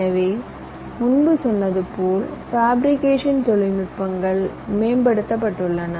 எனவே முன்பு சொன்னது போல் ஃபேபிரிகேஷன் தொழில்நுட்பங்கள் மேம்பட்டுள்ளன